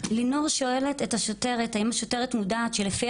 לינור שואלת את השוטרת האם השוטרת מודעת שלפי